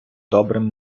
добрим